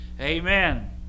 amen